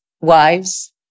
wives